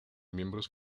miembros